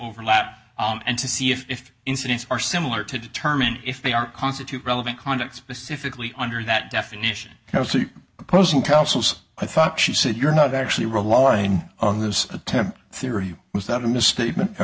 overlap and to see if incidents are similar to determine if they are constitute relevant conduct specifically under that definition opposing counsel's i thought she said you're not actually relying on those attempts theory was that a misstatement